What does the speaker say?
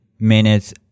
minutes